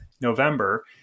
November